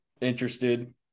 interested